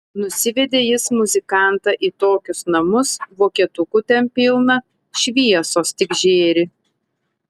nusivedė jis muzikantą į tokius namus vokietukų ten pilna šviesos tik žėri